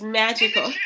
magical